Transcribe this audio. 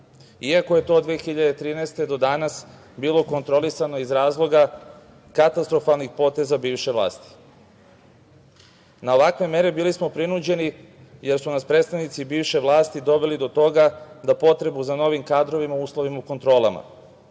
iako je to od 2013. godine do danas bilo kontrolisano iz razloga katastrofalnih poteza bivše vlasti. Na ovakve mere bili smo prinuđeni, jer su nas predstavnici bivše vlasti doveli do toga da potrebu za novim kadrovima uslovimo kontrolama,